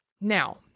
Now